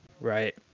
right